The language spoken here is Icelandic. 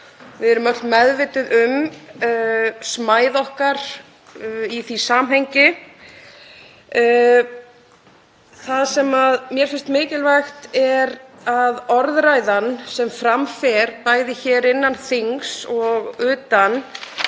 Við erum öll meðvituð um smæð okkar í því samhengi. Það sem mér finnst mikilvægt er að orðræðan sem fram fer, bæði innan þings og utan,